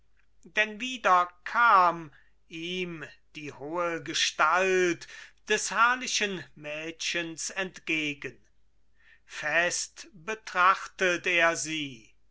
denn wieder kam ihm die hohe gestalt des herrlichen mädchens entgegen fest betrachtet er sie